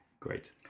Great